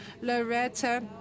Loretta